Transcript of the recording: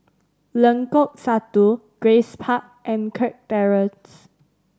Lengkok Satu Grace Park and Kirk Terrace